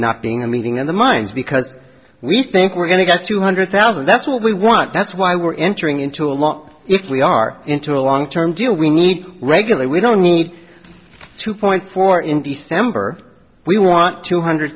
not being a meeting in the mines because we think we're going to get two hundred thousand that's what we want that's why we're entering into a long if we are into a long term do we need regular we don't need two point four in december we want two hundred